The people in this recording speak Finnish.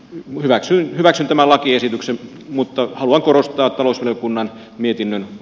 eli hyväksyn tämän lakiesityksen mutta haluan korostaa talousvaliokunnan mietinnön